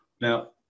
Now